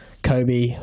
Kobe